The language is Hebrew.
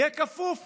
יהיה כפוף